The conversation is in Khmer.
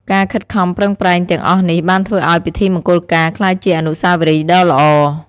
ការខិតខំប្រឹងប្រែងទាំងអស់នេះបានធ្វើឱ្យពិធីមង្គលការក្លាយជាអនុស្សាវរីយ៍ដ៏ល្អ។